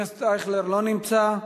אייכלר, לא נמצא.